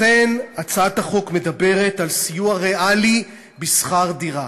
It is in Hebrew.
לכן, הצעת החוק מדברת על סיוע ריאלי בשכר דירה.